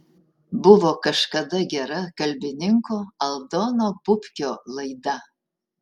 buvo kažkada gera kalbininko aldono pupkio laida